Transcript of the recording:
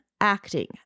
acting